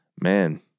man